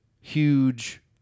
huge